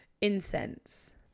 Incense